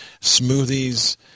smoothies